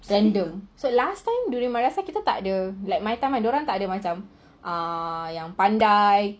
so last time during my dorang tak ada my time right dorang tak ada macam ah yang pandai